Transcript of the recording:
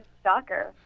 stalker